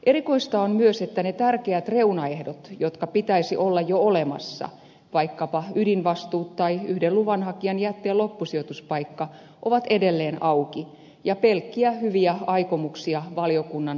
erikoista on myös että ne tärkeät reunaehdot jotka pitäisi olla jo olemassa vaikkapa ydinvastuut tai yhden luvanhakijan jätteen loppusijoituspaikka ovat edelleen auki ja pelkkiä hyviä aikomuksia valiokunnan lausumissa